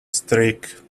streak